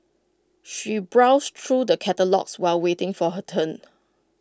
she browsed through the catalogues while waiting for her turn